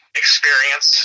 experience